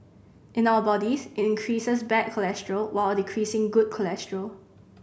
in our bodies it increases bad cholesterol while decreasing good cholesterol